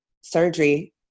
surgery